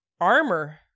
armor